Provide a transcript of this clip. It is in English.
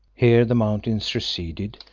here the mountains receded,